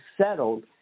settled